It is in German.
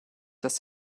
das